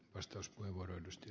arvoisa puhemies